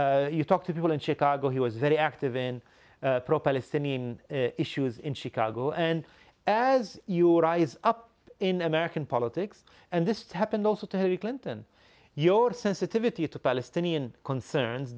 you talk to people in chicago he was very active in pro palestinian issues in chicago and as you rise up in american politics and this to happen also to hillary clinton your sensitivity to palestinian concerns